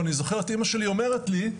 ואני זוכר את אימא שלי אומרת לי: